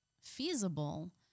feasible